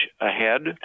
ahead